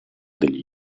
degli